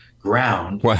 ground